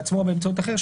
בעצמו או באמצעות אחר,